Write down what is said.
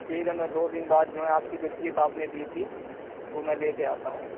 ٹھیک ہے میں دو دن بعد جو ہے آپ کی جو سلیپ آپ نے دی تھی وہ میں لے کے آتا ہوں